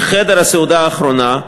שחדר הסעודה האחרונה,